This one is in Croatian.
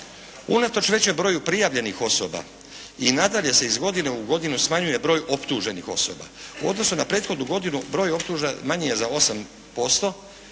Unatoč većem broju prijavljenih osoba i nadalje se iz godine u godinu smanjuje broj optuženih osoba. U odnosu na prethodnu godinu, broj optuženih manji je za 8%,